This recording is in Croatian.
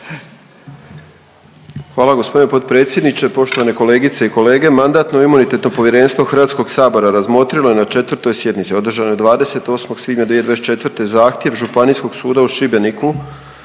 Hvala gospodine potpredsjedniče. Poštovane kolegice i kolege, Mandatno-imunitetno povjerenstvo Hrvatskog sabora razmotrilo je na 4. sjednici održanoj 28. svibnja 2024. zahtjev Županijskog suda u Šibeniku